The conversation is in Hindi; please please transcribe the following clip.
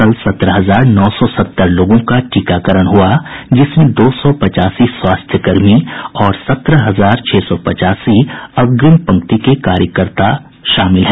कल सत्रह हजार नौ सौ सत्तर लोगों का टीकाकरण हुआ जिसमें दो सौ पचासी स्वास्थ्यकर्मी और सत्रह हजार छह सौ पचासी अग्निम पंक्ति के कार्यकर्ता हैं